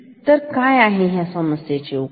तर काय आहे या समस्येची उकल